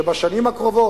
שיהיה בשנים הקרובות,